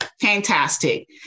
Fantastic